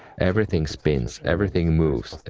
everything spins, everything moves,